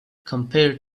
compared